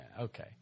Okay